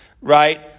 right